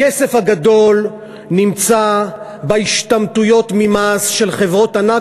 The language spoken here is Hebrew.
הכסף הגדול נמצא בהשתמטויות ממס של חברות ענק,